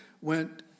went